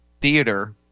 theater